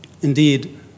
Indeed